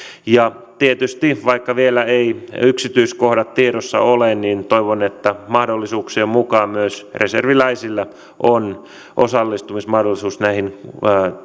ja tietysti vaikka vielä eivät yksityiskohdat tiedossa ole toivon että mahdollisuuksien mukaan myös reserviläisillä on osallistumismahdollisuus näihin